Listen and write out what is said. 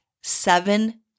seven